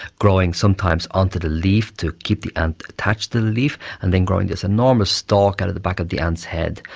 growing sometimes onto the leaf to keep the ant attached to the leaf and then growing this enormous stalk out of the back of the ant's head.